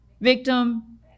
victim